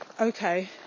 Okay